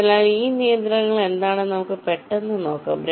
അതിനാൽ ഈ നിയന്ത്രണങ്ങൾ എന്താണെന്ന് നമുക്ക് പെട്ടെന്ന് നോക്കാം